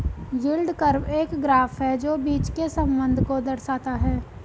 yield curve एक graph है जो बीच के संबंध को दर्शाता है